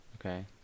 Okay